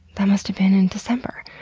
that must've been in december.